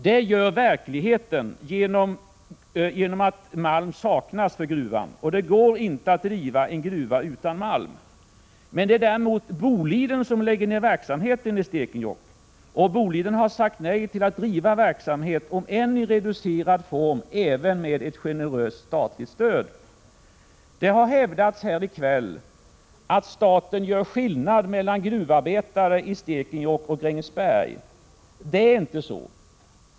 Det gör verkligheten genom att malm saknas i gruvan, och det går inte att driva en gruva utan malm. Däremot lägger Boliden ned verksamheten i Stekenjokk. Boliden har sagt nej till att driva verksamhet om än i reducerad form med ett generöst statligt stöd. Det har hävdats här i kväll att staten gör skillnad mellan gruvarbetare i Stekenjokk och i Grängesberg. Det är inte så.